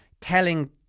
telling